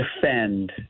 defend